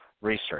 Research